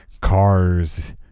cars